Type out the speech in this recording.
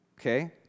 Okay